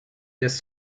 just